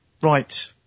Right